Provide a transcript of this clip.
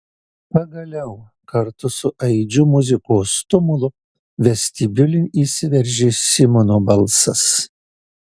pagaliau kartu su aidžiu muzikos tumulu vestibiulin įsiveržė simono balsas